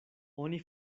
oni